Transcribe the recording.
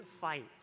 fight